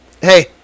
Hey